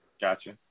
Gotcha